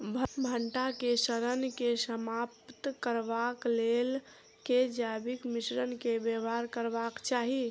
भंटा केँ सड़न केँ समाप्त करबाक लेल केँ जैविक मिश्रण केँ व्यवहार करबाक चाहि?